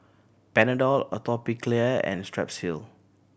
Panadol Atopiclair and Strepsil